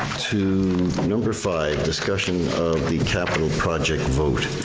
to number five, discussion of the capital project vote.